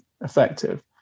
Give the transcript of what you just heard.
effective